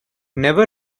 never